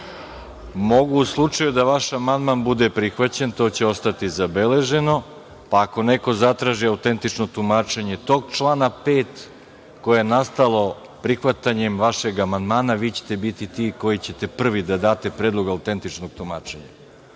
Mogu u slučaju da vaš amandman bude prihvaćen i to će ostati zabeleženo, pa ako neko zatraži autentično tumačenje tog člana 5. koje je nastalo prihvatanjem vašeg amandmana, vi ćete biti ti koji ćete prvi da date predlog autentičnog tumačenja.U